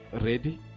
ready